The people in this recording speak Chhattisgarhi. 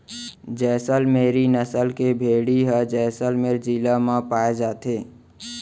जैसल मेरी नसल के भेड़ी ह जैसलमेर जिला म पाए जाथे